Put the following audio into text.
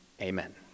Amen